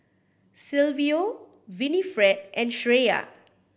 Silvio Winnifred and Shreya